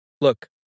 Look